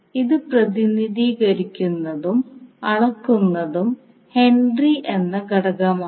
ഇത് പ്രതിനിധീകരിക്കുന്നതും അളക്കുന്നതും ഹെൻറി എന്ന ഘടകമാണ്